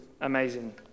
amazing